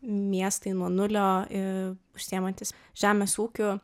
miestai nuo nulio ir užsiimantys žemės ūkiu